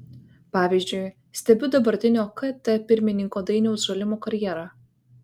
pavyzdžiui stebiu dabartinio kt pirmininko dainiaus žalimo karjerą